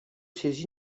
ces